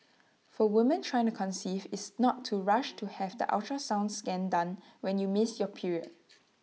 for women trying to conceive is not to rush to have the ultrasound scan done when you miss your period